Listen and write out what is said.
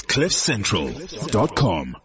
Cliffcentral.com